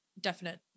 Definite